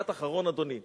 משפט אחרון, אדוני.